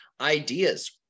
ideas